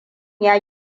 ya